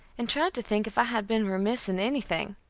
and tried to think if i had been remiss in anything.